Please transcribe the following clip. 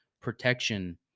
protection